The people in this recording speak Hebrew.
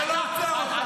אתה לא עוצר אותם.